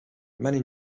many